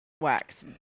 wax